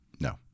No